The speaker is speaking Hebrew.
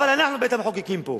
אבל אנחנו בית-המחוקקים פה.